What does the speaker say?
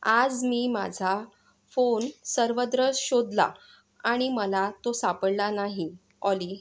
आज मी माझा फोन सर्वत्र शोधला आणि मला तो सापडला नाही ऑली